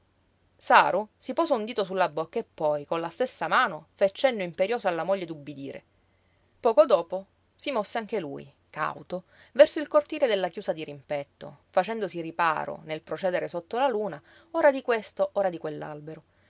saru si pose un dito sulla bocca e poi con la stessa mano fe cenno imperioso alla moglie d'ubbidire poco dopo si mosse anche lui cauto verso il cortile della chiusa dirimpetto facendosi riparo nel procedere sotto la luna ora di questo ora di